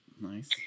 Nice